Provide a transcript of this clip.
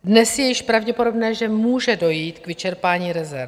Dnes je již pravděpodobné, že může dojít k vyčerpání rezerv.